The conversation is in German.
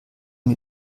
mir